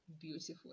beautiful